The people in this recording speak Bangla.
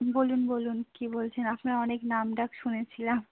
বলুন বলুন কী বলছেন আপনার অনেক নামডাক শুনেছিলাম